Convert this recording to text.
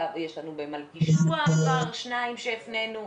יש לנו במלכישוע כבר שניים שהפנינו,